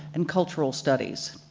and cultural studies.